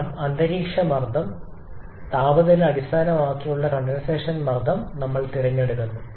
കാരണം അന്തരീക്ഷ താപനില അടിസ്ഥാനമാക്കിയുള്ള കണ്ടൻസേഷൻ മർദ്ദം നമ്മൾ തിരഞ്ഞെടുക്കുന്നു